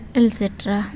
etcetera